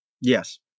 Yes